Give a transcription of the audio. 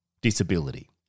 disability